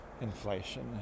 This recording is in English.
inflation